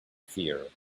fear